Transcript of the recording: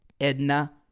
Edna